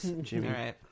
Jimmy